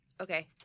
Okay